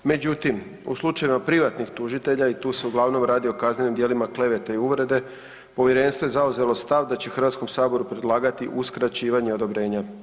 Međutim u slučajevima privatnih tužitelja i tu se uglavnom radi o kaznenim djelima klevete i uvrede povjerenstvo je zauzelo stav da će HS predlagati uskraćivanje odobrenja.